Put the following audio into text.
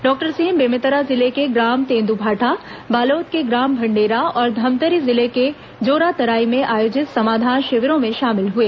doctor Singh Bemetara जिले के ग्राम तेंद्भाठा बालोद के ग्राम भंडेरा और धमतरी जिले के जोरातराई में आयोजित समाधान शिविरों में शामिल हुए